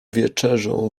wieczerzą